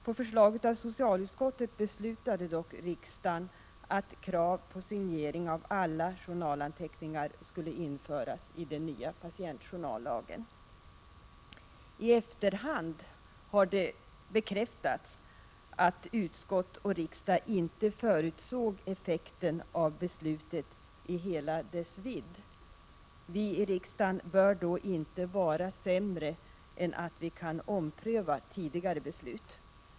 På förslag av socialutskottet beslutade dock riksdagen att krav på signering av alla journalanteckningar skulle införas i den nya patientjournallagen. I efterhand har det bekräftats att utskott och riksdag inte förutsåg effekten av beslutet i hela dess vidd. Vii riksdagen bör då inte vara sämre än att vi kan ompröva tidigare beslut.